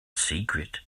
secret